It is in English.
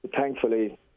Thankfully